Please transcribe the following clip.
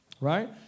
right